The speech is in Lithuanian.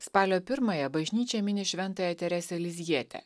spalio pirmąją bažnyčia mini šventąją teresę lizjietę